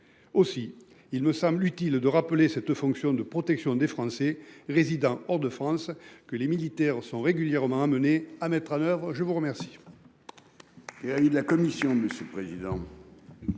Aussi il me semble utile de rappeler cette fonction de protection des Français résidant hors de France que les militaires sont régulièrement amenés à mettre à l'heure, je vous remercie.